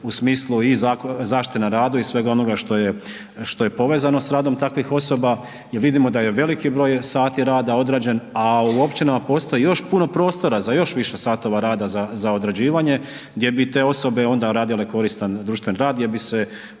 u smislu i zaštite na radu i svega onoga što je povezano s radom takvih osoba jer vidimo da je veliki broj sati rada odrađen a u općinama postoji još puno prostora za još više satova rada za odrađivanje gdje bi te osobe onda radile koristan društven rad, gdje bi se